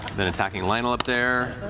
then attacking lionel up there.